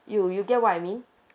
you you get what I mean